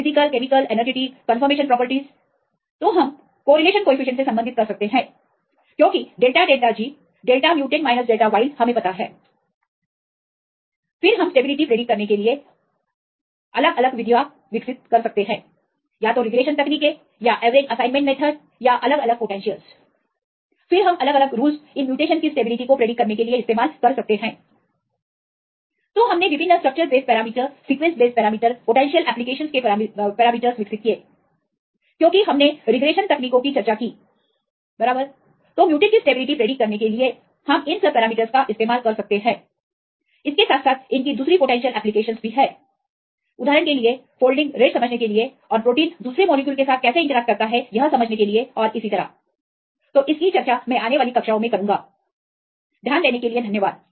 physical chemical energetic conformation properties तो हम correlation coefficient से संबंधित कर सकते हैं क्योंकि delta delta G delta mutant minus delta wild हमें पता है फिर हम स्टेबिलिटी प्रिडिक्ट करने के लिए अलग अलग विधियां विकसित कर सकते हैं या तो रिग्रेशन तकनीकें या एवरेज असाइनमेंट मेथड या अलग अलग पोटेंशियलस फिर हम अलग अलग रूल्स इन म्यूटेशंस की स्टेबिलिटी को प्रिडिक्ट करने के लिए इस्तेमाल कर सकते हैं तो हमने विभिन्न structure base parameters sequence base parameters potential applications के पैरामीटरस विकसित किए क्योंकि हमने रिग्रेशन तकनीको की चर्चा की बराबर तो म्यूटेंटस की स्टेबिलिटी प्रिडिक्ट करने के लिए हम इन सब पैरामीटर्स का इस्तेमाल कर सकते हैं इसके साथ साथ इनकी दूसरी पोटेंशियल एप्लीकेशंस भी है उदाहरण के लिए फोल्डिंग रेट्स समझने के लिए और प्रोटीन दूसरे मॉलिक्यूल के साथ कैसे इंटरेक्ट करता है यह समझने के लिए और इसी तरह तो इसकी चर्चा मैं आने वाली कक्षाओं में करुंगा ध्यान देने के लिए धन्यवाद